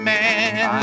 Man